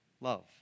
love